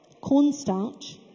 cornstarch